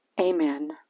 amen